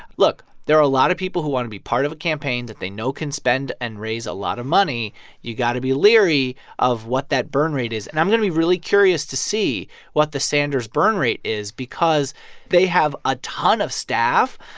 look, there are a lot of people who want to be part of a campaign that they know can spend and raise a lot of money you got to be leery of what that burn rate is. and i'm going to be really curious to see what the sanders burn rate is because they have a ton of staff.